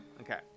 okay